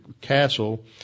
castle